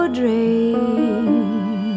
dream